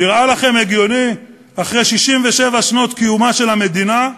נראה לכם הגיוני, אחרי 67 שנות קיומה של המדינה,